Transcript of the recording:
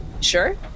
Sure